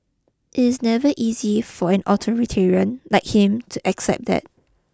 it's never easy for an authoritarian like him to accept that